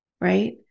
right